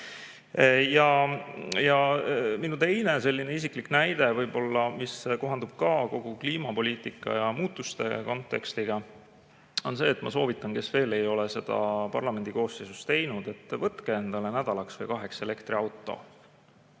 Minu teine selline isiklik näide võib-olla kohaldub ka kogu kliimapoliitika ja ‑muutuste kontekstiga. Ma soovitan neile, kes veel ei ole seda parlamendi koosseisu ajal teinud, et võtke endale nädalaks või kaheks elektriauto.